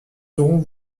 saurons